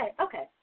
okay